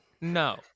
No